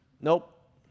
Nope